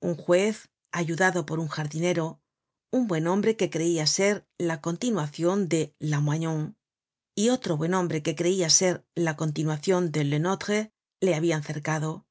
un juez ayudado por un jardinero un buen hombre que creia ser la continuacion de lamoignon y otro buen hombre que creia ser la continuacion de lenótre le habian cercado